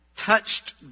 touched